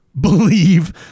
believe